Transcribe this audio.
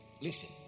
Listen